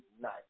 nice